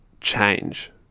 change